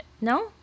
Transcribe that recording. No